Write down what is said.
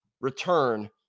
return